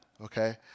okay